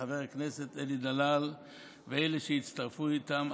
וחבר הכנסת אלי דלל ואלה שהצטרפו אליהם,